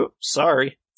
Sorry